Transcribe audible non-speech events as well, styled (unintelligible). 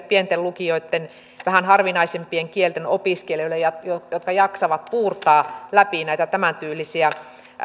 (unintelligible) pienten lukioitten vähän harvinaisempien kielten opiskelijoille jotka jaksavat puurtaa läpi näitä tämäntyylisiä